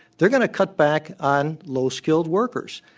they're going to cut back on low-skilled workers.